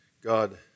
God